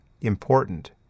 important